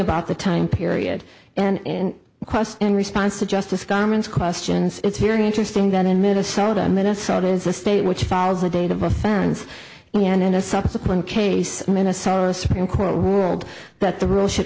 about the time period and in response to justice comments questions it's very interesting that in minnesota minnesota is a state which follows the date of offense and in a subsequent case minnesota's supreme court ruled that the rule should